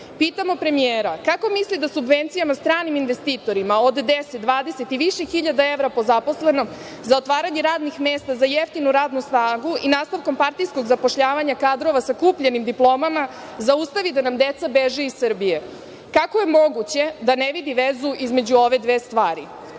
godina. Pitamo premijera – Kako misli da subvencijama stranim investitorima od 10, 20 i više hiljada evra po zaposlenom, za otvaranje radnih mesta za jeftinu radnu snagu i nastavkom partijskog zapošljavanja kadrova sa kupljenim diplomama, zaustavi da nam deca beže iz Srbije? Kako je moguće da ne vidi vezu između ove dve stvari? Pitanje